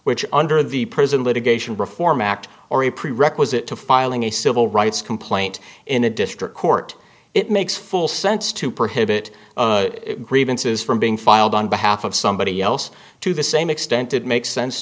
which under the present litigation reform act or a prerequisite to filing a civil rights complaint in a district court it makes full sense to prohibit grievances from being filed on behalf of somebody else to the same extent it makes sense